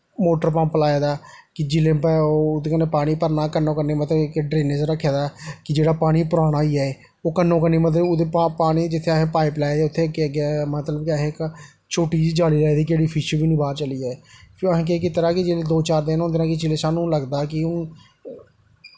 motor pump लाए दा ऐ कि जेल्लै ओह् मतलब कि पानी भरनां कन्नो कन्नी मतलब कि इक ड्रनेज़ रक्खे दा ऐ कि जेह्ड़ा पानी पराना होई जाए ओह् कन्नो कन्नी मतलब ओह्दे पानी जित्थें असें पाईप लाई दी उत्थें अग्गें अग्गें मतलब कि इक असें छोटी जेही जाली लाई दी कि जेह्ड़ी फिश बी निं बाहर चली जाए फिर असें केह् कीते दा कि जिसलै दो चार दिन होंदे न कि जेल्लै सानूं लग्गदा ऐ कि हून